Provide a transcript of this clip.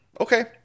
Okay